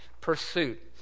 pursuit